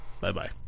Bye-bye